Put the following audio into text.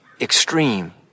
extreme